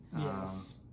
Yes